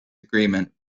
agreement